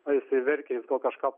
o jisai verkia ir gal kažką